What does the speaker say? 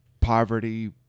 poverty